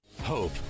hope